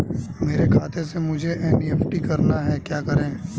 मेरे खाते से मुझे एन.ई.एफ.टी करना है क्या करें?